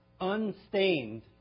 unstained